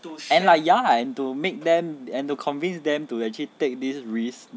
and like ya and to make them and to convince them to actually take this risk